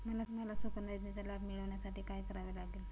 मला सुकन्या योजनेचा लाभ मिळवण्यासाठी काय करावे लागेल?